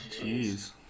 jeez